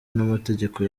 n’amategeko